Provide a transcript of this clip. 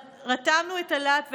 רתמנו את הלהט והשבר,